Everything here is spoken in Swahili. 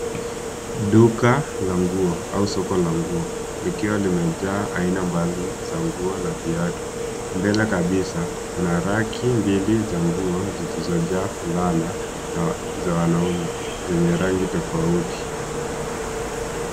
Duka la nguo, au soko la nguo likiwa limejaa aina mbali za nguo na viatu. Mbele kabisa, kuna raki mbili za nguo zilizojaa fulana za wanaume zenye rangi tofauti.